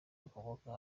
bakomoka